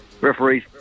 referees